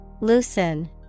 Loosen